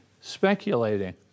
speculating